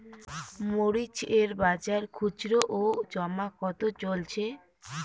মরিচ এর বাজার খুচরো ও জমা কত চলছে?